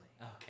Okay